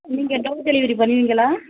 நீங்கள் door delivery பண்ணுவீங்களா